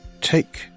take